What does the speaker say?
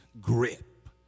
grip